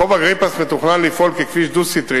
רחוב אגריפס מתוכנן לפעול ככביש דו-סטרי